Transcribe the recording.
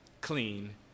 clean